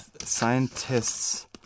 scientists